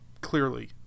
Clearly